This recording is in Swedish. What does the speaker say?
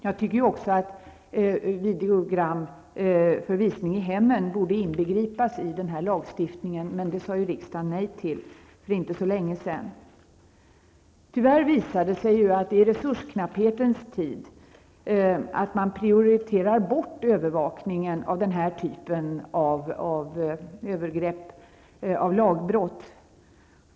Jag tycker också att videogram för visning i hemmen borde inbegripas i lagstiftningen, men det sade ju riksdagen för inte så länge sedan nej till. Tyvärr visar det sig i resursknapphetens tid att man prioriterar bort övervakningen av den här typen av lagbrott.